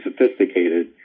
sophisticated